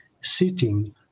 sitting